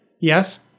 Yes